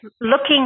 looking